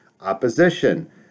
Opposition